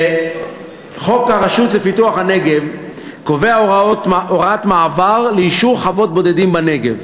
חוק הרשות לפיתוח הנגב קובע הוראת מעבר לאישור חוות בודדים בנגב.